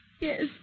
Yes